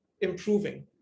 improving